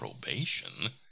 probation